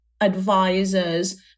advisors